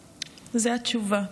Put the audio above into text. התשובה.